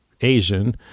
Asian